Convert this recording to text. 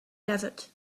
desert